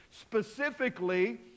Specifically